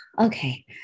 okay